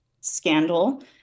scandal